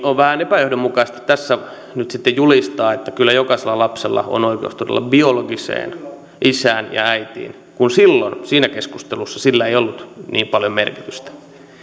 on siis vähän epäjohdonmukaista tässä nyt sitten julistaa että kyllä jokaisella lapsella on oikeus todella biologiseen isään ja äitiin kun silloin siinä keskustelussa sillä ei ollut niin paljon merkitystä